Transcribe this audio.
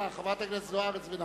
אדוני.